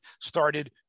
started